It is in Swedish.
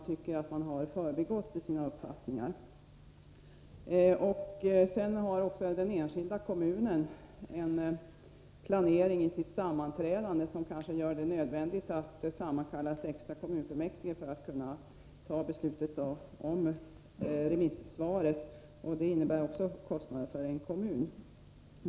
Den enskilda kommunen har också en planering av sitt sammanträdande som kanske gör det nödvändigt att sammankalla ett extra kommunfullmäktigesammanträde för att kunna besluta om ett remissvar, och det innebär kostnader.